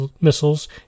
missiles